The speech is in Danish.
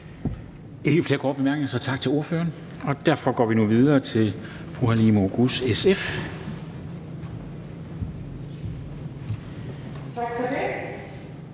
er ikke flere korte bemærkninger, så tak til ordføreren. Og derfor går vi nu videre til fru Halime Oguz, SF. Kl.